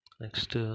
Next